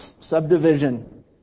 subdivision